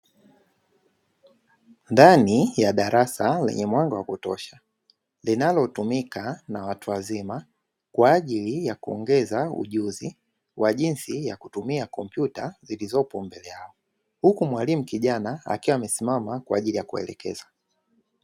Ndani ya darasa lenye mwanga wa kutosha, linalotumika na watu wazima kwa ajili ya kuongeza ujuzi wa jinsi ya kutumia kompyuta zilizopo mbele yao. Huku mwalimu kijana akiwa amesimama kwa ajili ya kuelekeza.